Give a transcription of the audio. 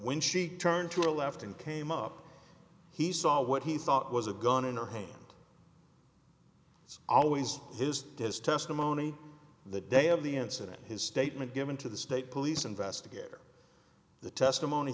when she turned to her left and came up he saw what he thought was a gun in her hand it's always his his testimony the day of the incident his statement given to the state police investigator the testimony